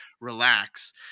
relax